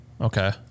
Okay